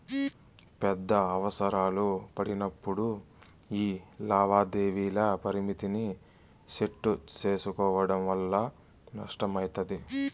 పెద్ద అవసరాలు పడినప్పుడు యీ లావాదేవీల పరిమితిని సెట్టు సేసుకోవడం వల్ల నష్టమయితది